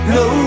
no